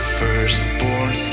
firstborn